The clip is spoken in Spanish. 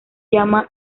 llama